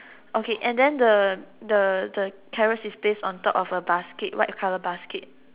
okay and then the the the carrots is placed on top of a basket a white colour basket